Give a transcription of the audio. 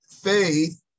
faith